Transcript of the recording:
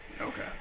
Okay